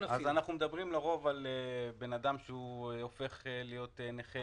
מדברים לרוב על בן אדם שהוא הופך להיות נכה,